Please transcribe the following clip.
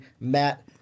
Matt